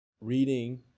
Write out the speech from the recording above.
Reading